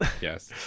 Yes